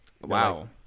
Wow